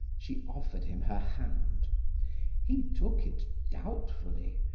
she offered him her hand he took it doubtfully,